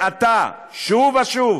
אתה, שוב ושוב,